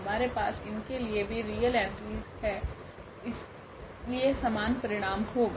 हमारे पास इनके लिए भी रियल एंट्रीस है इसलिए समान परिणाम होगा